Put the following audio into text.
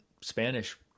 Spanish